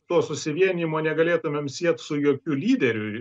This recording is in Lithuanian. to susivienijimo negalėtumėm siet su jokiu lyderiu